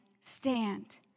stand